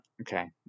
Okay